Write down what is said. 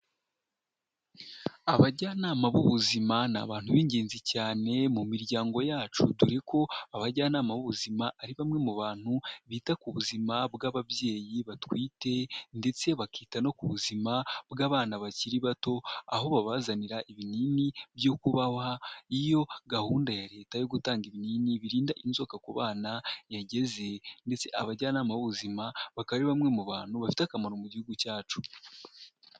Abajyanama b'ubuzima ni abantu b'ingenzi cyane mu miryango yacu dore ko abajyanama b'ubuzima ari bamwe mu bantu bita ku buzima bw'ababyeyi batwite ndetse bakita no ku buzima bw'abana bakiri bato aho babazanira ibinini byo kubaha iyo gahunda ya leta yo gutanga ibinini birinda inzoka ku bana yageze ndetse abajyanama b'ubuzima bakaba ari bamwe mu bantu bafite akamaro mu gihugu cyacu.